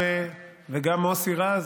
וגם מוסי רז,